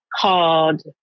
called